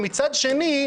מצד שני,